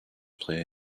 play